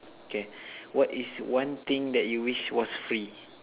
okay what is one thing that you wish was free